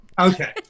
Okay